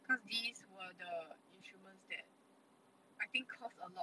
so these were the instruments that I think costs a lot